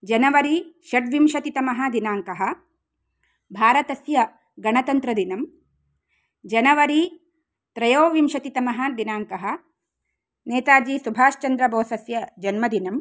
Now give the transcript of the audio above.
January षड्विंशतितमः दिनाङ्कः भारतस्य गणतन्त्रदिनं जनवरी त्रयोविंशतितमः दिनाङ्कः नेताजी सुभाष्चन्द्रबोसस्य जन्मदिनम्